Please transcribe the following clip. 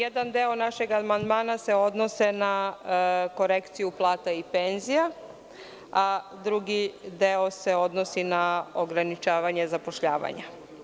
Jedan deo našeg amandmana se odnosi na korekciju plata i penzija, a drugi deo se odnosi na ograničavanje zapošljavanja.